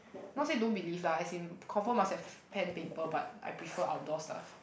not say don't believe lah as in confirm must have pen paper but I prefer outdoor staff